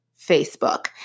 Facebook